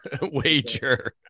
wager